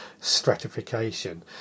stratification